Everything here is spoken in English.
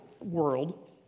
world